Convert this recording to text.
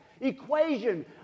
equation